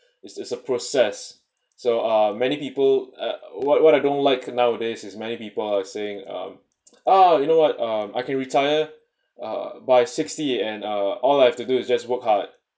this is a process so uh many people at what what I don't like nowadays is many people are saying um ah you know what I'm I can retire uh by sixty and uh all I have to do is just work hard